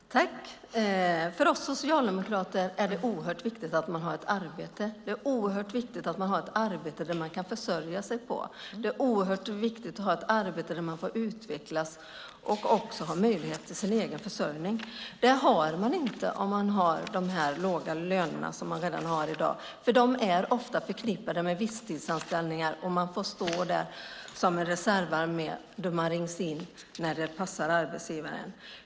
Herr talman! För oss socialdemokrater är det oerhört viktigt att man har ett arbete. Det är oerhört viktigt att ha ett arbete som man kan försörja sig på. Det är oerhört viktigt att ha ett arbete där man får utvecklas och också har möjlighet till egen försörjning. Det har man inte om man har de låga löner som man har i dag. De är ofta förknippade med visstidsanställningar, och man får stå som reserv och rings in när det passar arbetsgivaren.